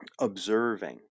observing